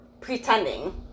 Pretending